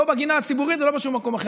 לא בגינה הציבורית ולא בשום מקום אחר.